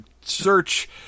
search